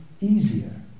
easier